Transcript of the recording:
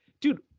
dude